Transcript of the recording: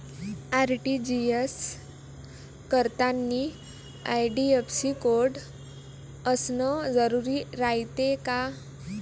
RTGS करतांनी IFSC code असन जरुरी रायते का?